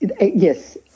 Yes